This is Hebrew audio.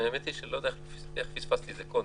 האמת היא שאני לא יודע איך פספסתי את זה קודם.